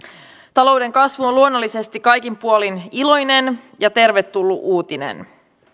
talouden kasvu on luonnollisesti kaikin puolin iloinen ja tervetullut uutinen